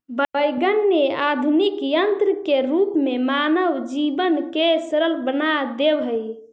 wagon ने आधुनिक यन्त्र के रूप में मानव जीवन के सरल बना देवऽ हई